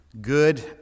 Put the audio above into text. good